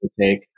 take